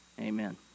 amen